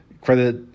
credit